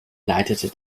leitete